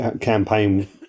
campaign